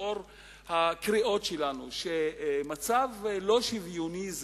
לאור הקריאות שלנו שזה מצב לא שוויוני,